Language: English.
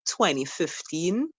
2015